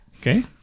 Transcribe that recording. Okay